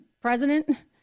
president